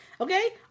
Okay